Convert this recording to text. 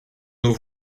nos